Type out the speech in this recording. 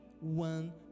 one